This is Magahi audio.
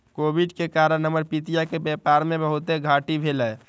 कोविड के कारण हमर पितिया के व्यापार में बहुते घाट्टी भेलइ